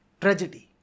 tragedy